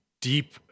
Deep